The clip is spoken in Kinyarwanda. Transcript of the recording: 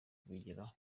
kubigeraho